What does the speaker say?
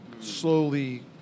slowly